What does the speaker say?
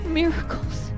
miracles